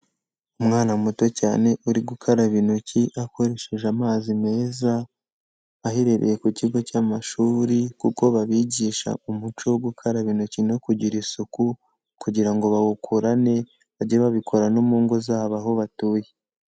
Umwana muto cyane uri gukaraba intoki akoresheje amazi meza, aherereye ku kigo cy'amashuri kuko babigisha umuco wo gukaraba intoki no kugira isuku kugira ngo bawukurane bajye babikora no mu ngo zabo aho batuye.